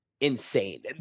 insane